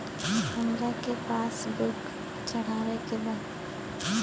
हमरा के पास बुक चढ़ावे के बा?